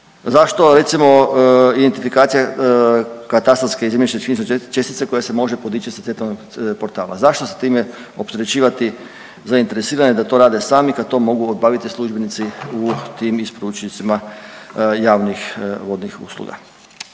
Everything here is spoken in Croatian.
Zašto recimo identifikacija katastarske i zemljišnoknjižne čestice koja se može podići sa centralnog portala, zašto time opterećivati zainteresirane da to rade sami kad to mogu obaviti službenici u tim isporučiocima javnih vodnih usluga?